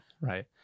Right